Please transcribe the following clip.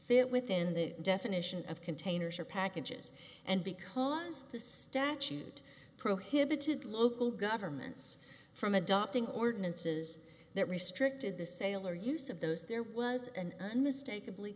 fit within the definition of containers or packages and because the statute prohibited local governments from adopting ordinances that restricted the sale or use of those there was an unmistak